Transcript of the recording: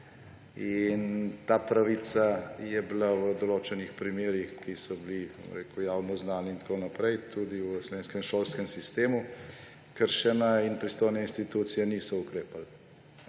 Ta pravica je bila v določenih primerih, ki so bili javno znani in tako naprej, tudi v slovenskem šolskem sistemu kršena in pristojne institucije niso ukrepale.